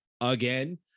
again